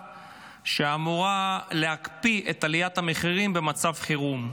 שאמורה להקפיא את עליית המחירים במצב חירום.